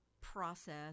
process